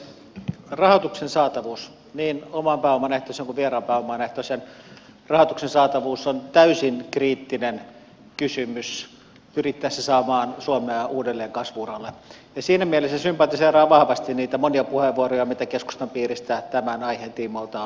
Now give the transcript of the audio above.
rahoituksen saatavuus niin oman pääoman ehtoisen kuin vieraan pääoman ehtoisen rahoituksen saatavuus on täysin kriittinen kysymys pyrittäessä saamaan suomea uudelleen kasvu uralle ja siinä mielessä sympatiseeraan vahvasti niitä monia puheenvuoroja mitä keskustan piiristä tämän aiheen tiimoilta on käytetty